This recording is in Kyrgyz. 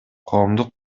коомдук